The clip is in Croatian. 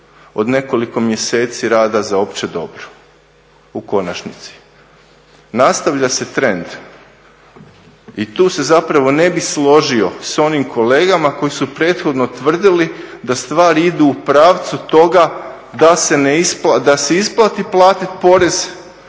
od nekoliko mjeseci rada za opće dobro u konačnici. Nastavlja se trend i tu se zapravo ne bih složio s onim kolegama koji su prethodno tvrdili da stvari idu u pravcu toga da se isplati platiti porez